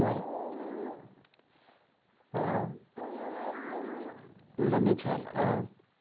कारी कयल छल चश्मा हमरा बहुते नीक लगल छल चश्माके प्राइस पन्द्रह सए रुपैआ छल